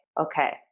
okay